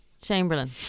Chamberlain